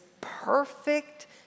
perfect